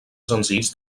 senzills